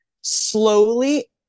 slowly